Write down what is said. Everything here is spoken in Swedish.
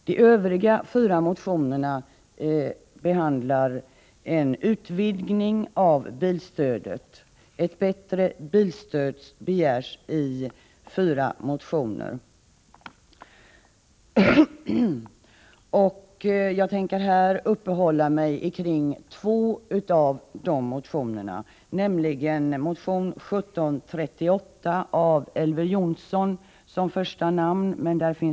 De övriga fyra motionerna behandlar en utvidgning av bilstödet. Jag tänker här uppehålla mig vid två av dessa motioner, nämligen motion 1738 med Elver Jonsson som första namn.